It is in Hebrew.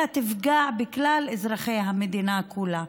אלא תפגע בכלל אזרחי המדינה כולה.